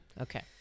Okay